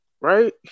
Right